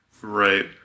Right